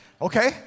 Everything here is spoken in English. okay